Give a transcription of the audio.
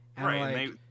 Right